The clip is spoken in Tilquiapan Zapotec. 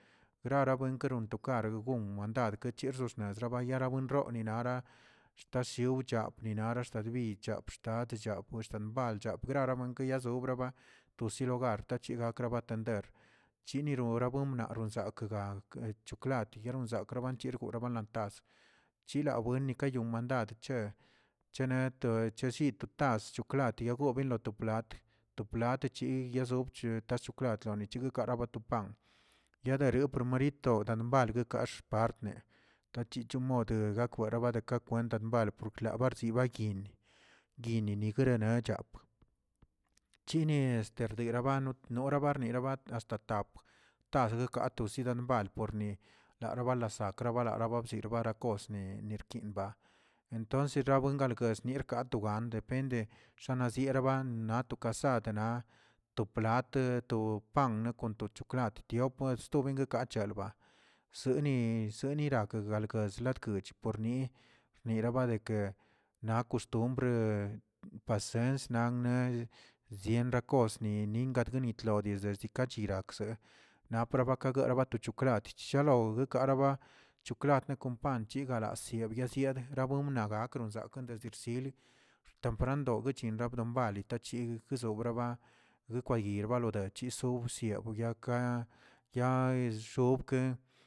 Grarawen kerontoꞌ rergun manda kechushos asara bayarebuinroo nara shtashiwch optinara shtachbiy chab xtadch chbwi benchal che grarami yazobraba tosilogra tachi gakraba tender chiriron nabuenmna zakga ke choklati nozakbagan chirguraꞌ nan tas chika buin nikayon man chento toshititaꞌa pues shikwlati lat to latchi yizob ta choklatna chigꞌ gara bato pan yaderi promeriito bal guekax baa tachicho mode buere kadeka kwent mbal purklabar yibagyen grini nicherachagꞌ chini este rderabano nora barnira hasta tap tazə kato zibamba por ni arabazalakrag zabala ba bchera barakosꞌ nerkin ba entonces rabuen balkis kawen ato ang depende shanazieraba naꞌ to kasad naꞌ to plat to pan to chokwlat tiop naꞌ sto beṉꞌ kachelo soeni soenigak kagal yezlakoch por niꞌi rniraba de ke naꞌ kostumbre pasens na nez zien rakos nini atgui nitlogui zii chirakzekꞌ naꞌ prabake belgə choklat chishalgo goguekaraba chiklat kon chigara sieb azied rabuen nabna kron sakan desdersi temprnado rodgchi rgunbal tachig rogreseba rekwayed badechiꞌ dog wsie doya yaa exobkeꞌ.